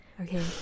Okay